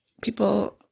people